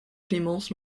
clémence